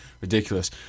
ridiculous